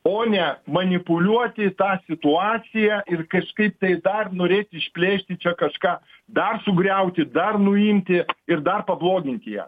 o ne manipuliuoti ta situacija ir kažkaip tai dar norėti išplėšti čia kažką dar sugriauti dar nuimti ir dar pabloginti ją